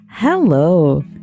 Hello